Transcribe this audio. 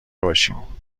باشیم